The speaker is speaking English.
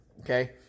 okay